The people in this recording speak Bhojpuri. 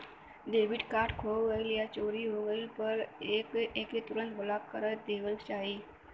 डेबिट कार्ड खो गइल या चोरी हो गइले पर एके तुरंत ब्लॉक करा देवे के चाही